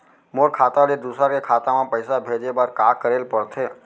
मोर खाता ले दूसर के खाता म पइसा भेजे बर का करेल पढ़थे?